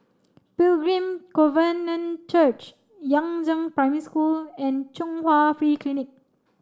Pilgrim Covenant Church Yangzheng Primary School and Chung Hwa Free Clinic